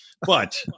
But-